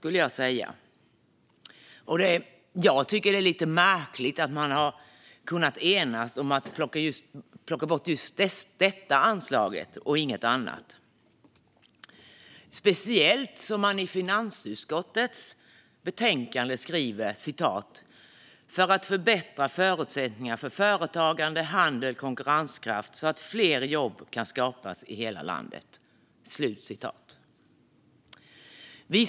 Det är lite märkligt att ni har enats om att plocka bort just detta anslag - särskilt eftersom ni i finansutskottets betänkande skriver "för att förbättra förutsättningarna för företagande, handel och konkurrenskraft så att fler jobb kan skapas i hela landet".